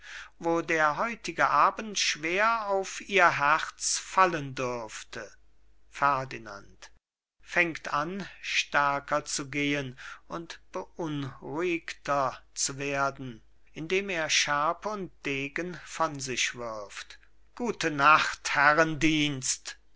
wo der heutige abend schwer auf ihr herz fallen dürfte ferdinand fängt an stärker zu gehen und beunruhigter zu werden indem er schärpe und degen von sich wirft gute nacht